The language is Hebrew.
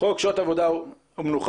שעות עבודה ומנוחה,